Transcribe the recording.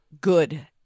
good